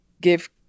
give